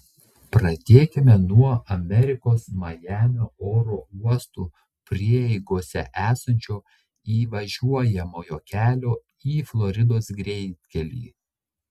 pradėkime nuo amerikos majamio oro uostų prieigose esančio įvažiuojamojo kelio į floridos greitkelį